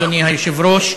אדוני היושב-ראש,